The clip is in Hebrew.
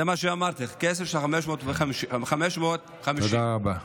כסף, זה 550, זה מה שאמרתי, כסף, 550. תודה רבה.